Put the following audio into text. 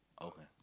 okay